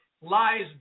lies